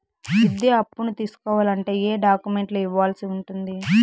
విద్యా అప్పును తీసుకోవాలంటే ఏ ఏ డాక్యుమెంట్లు ఇవ్వాల్సి ఉంటుంది